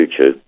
YouTube